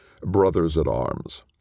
brothers-at-arms